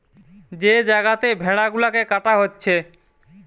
যে জাগাতে ভেড়া গুলাকে কাটা হচ্ছে